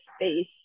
space